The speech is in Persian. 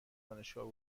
دانشگاه